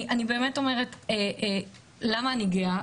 אני באמת אומרת, למה אני גאה?